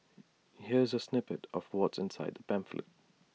here's A snippet of what's inside the pamphlet